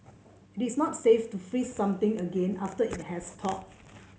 it is not safe to freeze something again after it has thawed